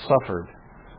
suffered